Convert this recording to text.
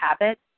habit